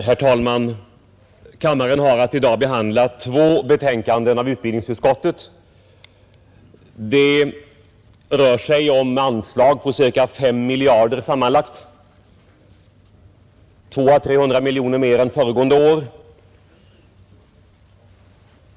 Herr talman! Kammaren har att i dag behandla två betänkanden från utbildningsutskottet. Det rör sig om anslag på ca 5 miljarder sammanlagt — 300 miljoner mer än föregående år.